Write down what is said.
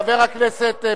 חבר הכנסת דנון,